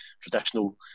traditional